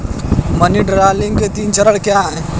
Money laundering के तीन चरण क्या हैं?